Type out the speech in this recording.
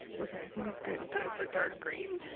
okay, i think it's good time for dark green.